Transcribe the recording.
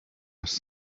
was